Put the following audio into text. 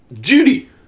Judy